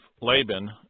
Laban